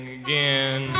again